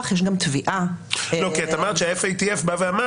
כי אמרת שה-FATF אמר